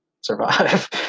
survive